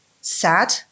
sad